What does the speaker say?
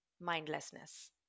mindlessness